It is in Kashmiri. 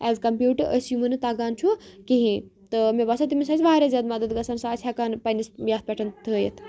ایٚز کَمپیٛٲرڈ أسۍ یِمَو نہَ تَگان چھُ کِہیٖنٛۍ تہٕ مےٚ باسان تٔمِس آسہِ واریاہ زیادٕ مدتھ گژھان سُہ آسہِ ہیٚکان پَنٕنِس یَتھ پٮ۪ٹھ تھٲوِتھ